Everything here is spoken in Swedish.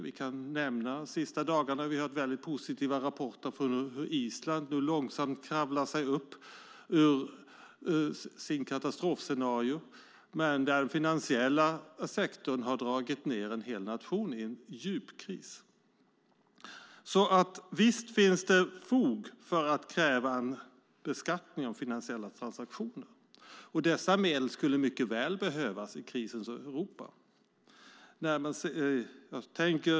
Jag kan nämna att vi de senaste dagarna har hört väldigt positiva rapporter från Island, som långsamt kravlar sig upp ur sitt katastrofscenario. Där har den finansiella sektorn dragit ned en hel nation i en djup kris. Visst finns det fog för att kräva beskattning av finansiella transaktioner. Dessa medel skulle mycket väl behövas i krisens Europa.